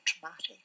traumatic